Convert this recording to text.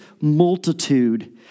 multitude